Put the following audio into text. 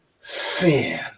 sin